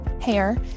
hair